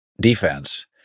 defense